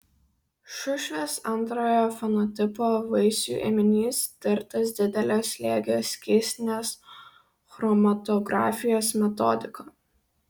šušvės antrojo fenotipo vaisių ėminys tirtas didelio slėgio skystinės chromatografijos metodika